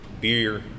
beer